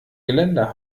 geländer